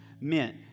meant